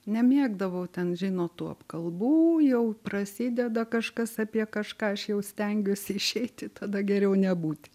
nemėgdavau ten žinot tų apkalbų jau prasideda kažkas apie kažką aš jau stengiuosi išeiti tada geriau nebūt